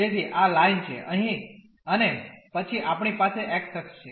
તેથી આ લાઇન છે અહીં અને પછી આપણી પાસે x અક્ષ છે